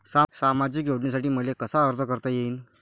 सामाजिक योजनेसाठी मले कसा अर्ज करता येईन?